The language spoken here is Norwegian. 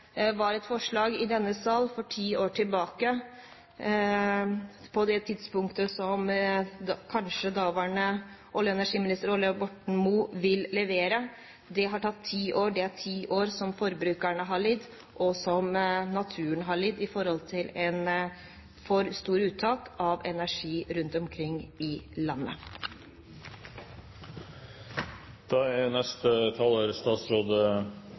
var et forslag i denne sal for ti år siden. Dette er kanskje tidspunktet for når nåværende olje- og energiminister Ola Borten Moe vil levere. Det har tatt ti år. Det er ti år da forbrukerne har lidd, og da naturen har lidd under et for stort uttak av energi rundt omkring i landet.